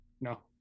No